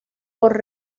por